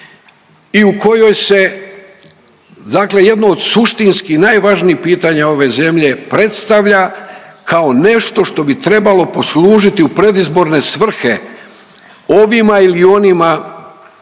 i u kojoj se dakle jedno od suštinski najvažnijih pitanja ove zemlje predstavlja kao nešto što bi trebalo poslužiti u predizborne svrhe ovima ili onima,